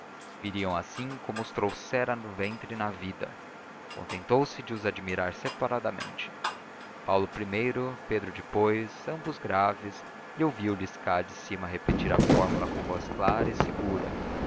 viriam assim como os trouxera no ventre e na vida contentou-se de os admirar separadamente paulo primeiro pedro depois ambos graves e ouviu lhes cá de cima repetir a fórmula com voz clara e segura